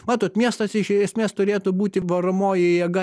matot miestas iš esmės turėtų būti varomoji jėga